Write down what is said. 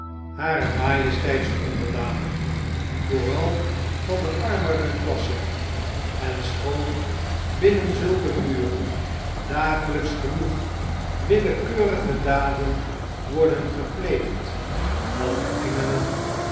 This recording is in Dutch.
harer majesteits onderdanen vooral van de armere klassen en schoon binnen zulke muren dagelijks genoeg wi lekeurige daden worden gepleegd dat de engelen